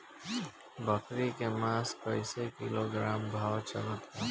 बकरी के मांस कईसे किलोग्राम भाव चलत बा?